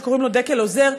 שקוראים לו דקל עוזר.